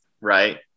right